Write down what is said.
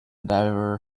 diver